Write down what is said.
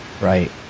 Right